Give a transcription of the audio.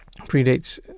predates